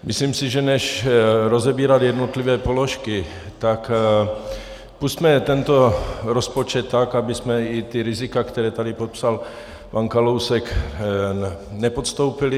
Myslím si, že než rozebírat jednotlivé položky, tak pusťme tento rozpočet tak, abychom i ta rizika, která tady popsal pan Kalousek, nepodstoupili.